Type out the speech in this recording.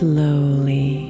Slowly